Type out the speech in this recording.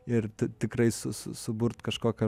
ir tikrai su suburt kažkokių